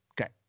Okay